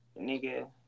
nigga